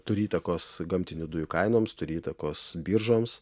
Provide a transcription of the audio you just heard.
turi įtakos gamtinių dujų kainoms turi įtakos biržoms